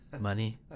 Money